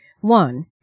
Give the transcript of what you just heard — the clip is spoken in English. One